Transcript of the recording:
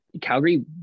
Calgary